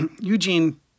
Eugene